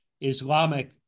Islamic